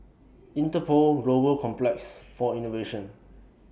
Interpol Global Complex For Innovation